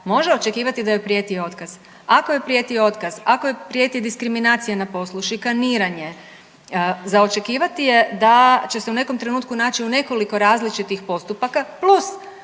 može očekivati da joj prijeti otkaz. Ako joj prijeti otkaz, ako joj prijeti diskriminacija na poslu, šikaniranje za očekivati je da će se u nekom trenutku naći u nekoliko različitih postupaka plus